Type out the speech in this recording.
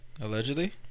Allegedly